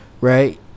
Right